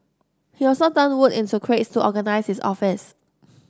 he also turned wood into crates to organise his office